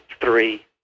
three